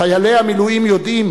חיילי המילואים יודעים